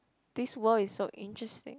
this world is so interesting